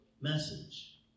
message